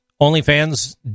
OnlyFans